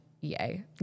yay